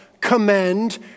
commend